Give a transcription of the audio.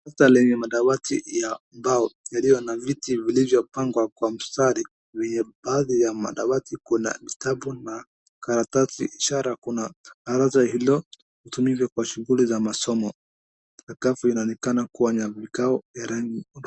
Darasa lenye madawati ya mbao yaliyo na viti vilivyopangwa kwa mstari vyenye baadhi ya madawati kuna vitabu na karatasi, ishara kuna darasa hilo hutumika kwa shughuli za masomo. Sakafu inaonekana kuwa ni ya kikao ya rangi.